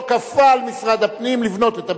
כפה על משרד הפנים לבנות את בית-הספר.